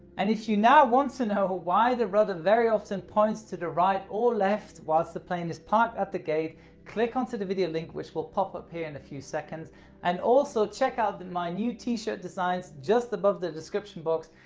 and if you now want to know why the rudder very often points to the right or left whilst the plane is parked at the gate click onto the video link which will pop up here in a few seconds and also check out my new t-shirt designs just above the description box.